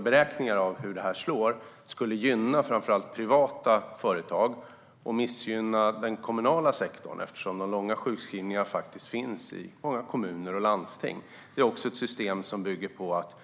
Beräkningar av hur det skulle slå visar att det skulle gynna framför allt privata företag och missgynna den kommunala sektorn. De långa sjukskrivningarna finns nämligen i många kommuner och landsting. Det är ett system som bygger på att